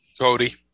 Cody